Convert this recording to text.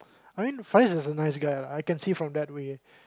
I mean Fariz is a nice guy lah I can see from that way